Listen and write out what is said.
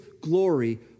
glory